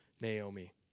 Naomi